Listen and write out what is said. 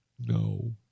No